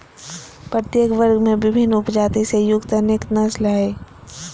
प्रत्येक वर्ग में विभिन्न उपजाति से युक्त अनेक नस्ल हइ